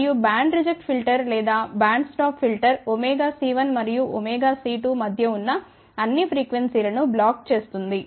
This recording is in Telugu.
మరియు బ్యాండ్ రిజెక్ట్ ఫిల్టర్ లేదా బ్యాండ్ స్టాప్ ఫిల్టర్ c1 మరియు c2 మధ్య ఉన్న అన్ని ప్రీక్వెన్సీలను బ్లాక్ చేస్తుంది